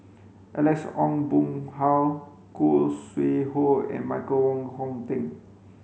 Alex Ong Boon Hau Khoo Sui Hoe and Michael Wong Hong Teng